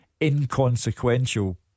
inconsequential